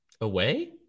Away